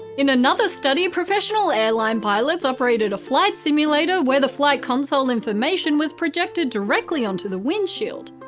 in another study, professional airline pilots operated a flight simulator where the flight console information was projected directly onto the windshield.